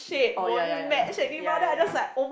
oh ya ya ya ya ya ya ya